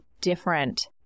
different